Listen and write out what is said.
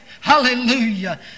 Hallelujah